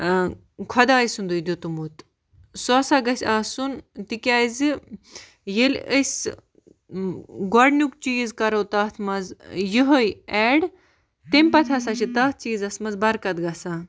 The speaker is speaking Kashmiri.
خۄداے سُنٛدُے دیُتمُت سُہ ہَسا گژھِ آسُن تِکیٛازِ ییٚلہِ أسۍ گۄڈنیُک چیٖز کَرو تَتھ منٛز یِہٕے اٮ۪ڈ تمہِ پَتہٕ ہَسا چھِ تَتھ چیٖزَس منٛز برکت گژھان